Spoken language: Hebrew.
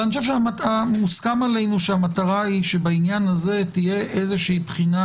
אבל מוסכם עלינו שבעניין הזה תהיה בחינה